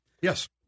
Yes